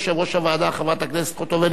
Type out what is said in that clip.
חברת הכנסת חוטובלי,